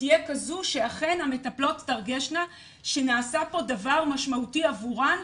שהיא תהיה כזו שאכן המטפלות תרגשנה שנעשה פה דבר משמעותי עבורן,